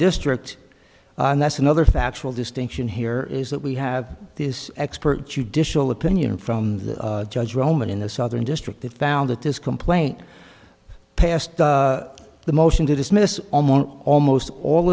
district and that's another factual distinction here is that we have this expert you dish all opinion from the judge roman in the southern district that found that this complaint passed the motion to dismiss almost all